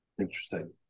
Interesting